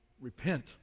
Repent